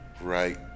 right